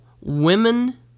women